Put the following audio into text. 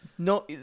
No